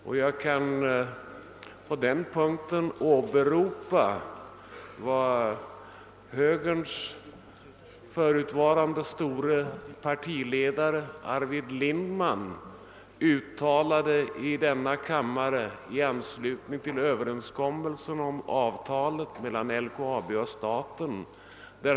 Jag kan också på den punkten åberopa vad förutvarande högerpartiets store partiledare Arvid Lindman uttalade i denna kammare i anlsutning till överenskommelsen om avtalet mellan LKAB och staten.